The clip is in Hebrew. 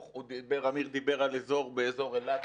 אמיר דיבר על אזור באזור אילת,